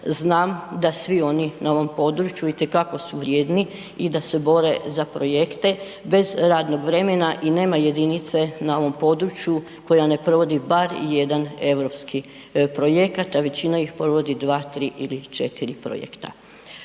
Znam da svi oni na ovom području itekako su vrijedni i da se bore za projekte bez radnog vremena i nema jedinice na ovom području koja ne provodi bar jedan europski projekat, a većina ih provodi dva, tri ili četiri projekta.